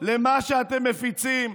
למה שאתם מפיצים?